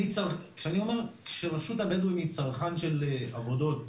כשאני אומר כשרשות הבדואים היא צרכן של עבודות,